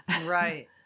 Right